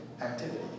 activity